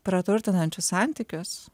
praturtinančius santykius